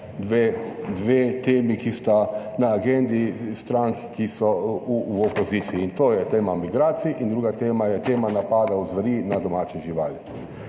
dve temi, ki sta na agendi strank, ki so v opoziciji in to je tema migracij. In druga tema je tema napadov zveri na domače živali.